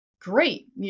great